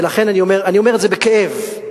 אני אומר את זה בכאב.